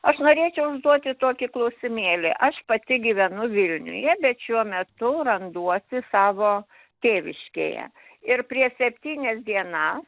aš norėčiau užduoti tokį klausimėlį aš pati gyvenu vilniuje bet šiuo metu randuosi savo tėviškėje ir prieš septynias dienas